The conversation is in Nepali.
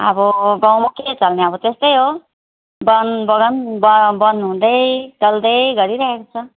अब गाउँमा के चल्ने अब त्यस्तै हो बन्द बगान ब बन्द हुँदै चल्दै गरिरहेको छ